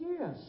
yes